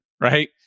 right